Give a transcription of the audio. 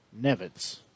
Nevitz